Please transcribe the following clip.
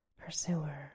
pursuer